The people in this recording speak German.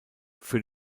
für